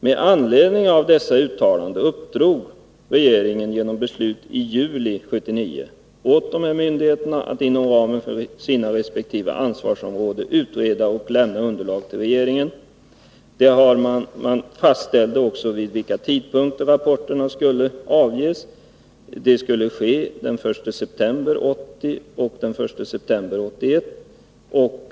Med anledning av dessa uttalanden uppdrog regeringen genom beslut i juli 1979 åt myndigheterna att inom ramen för sina resp. ansvarsområden utreda och lämna underlag till regeringen. Man fastställde också vid vilka tidpunkter rapporterna skulle avges; det skulle ske den 1 september 1980 och den 1 september 1981.